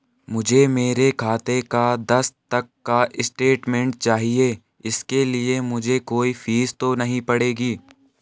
मुझे मेरे खाते का दस तक का स्टेटमेंट चाहिए इसके लिए मुझे कोई फीस तो नहीं पड़ेगी?